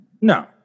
No